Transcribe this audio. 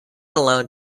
alone